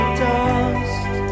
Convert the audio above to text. dust